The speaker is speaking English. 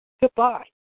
Goodbye